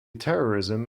terrorism